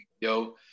yo